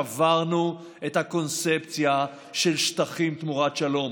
שברנו את הקונספציה של שטחים תמורת שלום,